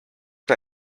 der